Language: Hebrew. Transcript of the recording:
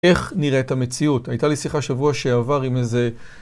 איך נראית המציאות? הייתה לי שיחה שבוע שעבר עם איזה...